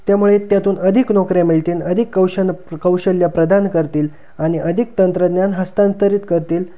त्यामुळे त्यातून अधिक नोकऱ्या मिळतील अधिक कौशन कौशल्य प्रदान करतील आणि अधिक तंत्रज्ञान हस्तांतरित करतील